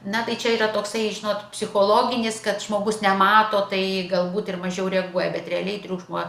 na tai čia yra toksai žinot psichologinis kad žmogus nemato tai galbūt ir mažiau reaguoja bet realiai triukšmo